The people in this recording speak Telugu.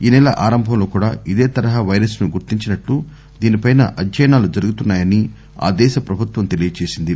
ఈ నెల ఆరంభంలో కూడా ఇదే తరహా పైరస్ ను గుర్తించినట్టు దీనిపై అధ్యయనాలు జరుగుతున్నాయని ఆదేశ ప్రభుత్వం తెలియజేసింది